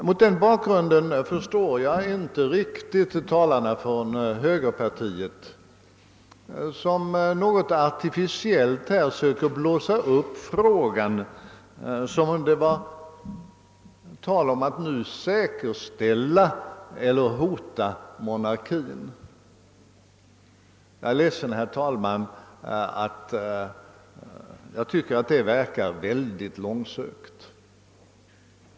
Mot denna bakgrund förstår jag inte riktigt talarna från moderata samlingspartiet, som något artificiellt söker blåsa upp frågan som om det var tal om att nu säkerställa eller hota monarkin. Jag är ledsen, herr talman, men jag tycker att det verkar långsökt.